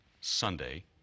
Sunday